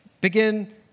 begin